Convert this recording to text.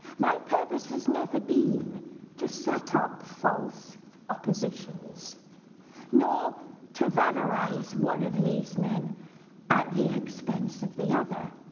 my purpose has never been to set up false oppositions nor to valorize one of these men at the expense of the other.